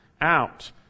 out